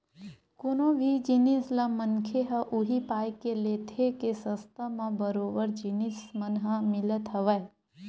कोनो भी जिनिस ल मनखे ह उही पाय के लेथे के सस्ता म बरोबर जिनिस मन ह मिलत हवय